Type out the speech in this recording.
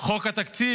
חוק התקציב,